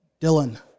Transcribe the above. Dylan